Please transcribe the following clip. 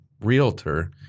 realtor